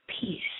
peace